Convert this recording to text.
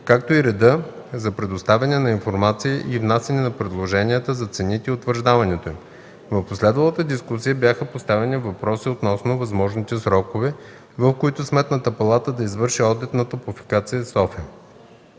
както и реда за предоставяне на информация и внасянето на предложенията за цените и утвърждаването им. В последвалата дискусия бяха поставени въпроси относно възможните срокове, в които Сметната палата да извърши одит на „Топлофикация София".